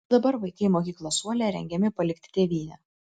jau dabar vaikai mokyklos suole rengiami palikti tėvynę